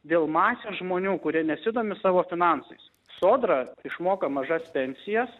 dėl masės žmonių kurie nesidomi savo finansais sodra išmoka mažas pensijas